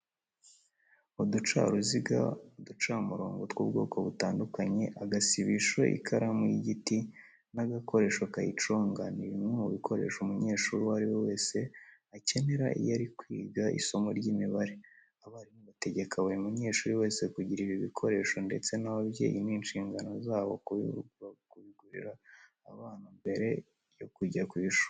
Uducaruziga, uducamurongo tw'ubwoko butandukanye, agasibisho, ikaramu y'igiti n'agakoresho kayiconga, ni bimwe mu bikoresho umunyeshuri uwo ari we wese akenera iyo ari kwiga isomo ry'imibare. Abarimu bategeka buri munyeshuri wese kugira ibi bikoresho ndetse n'ababyeyi ni inshingano zabo kubigurira abana mbere yo kujya ku ishuri.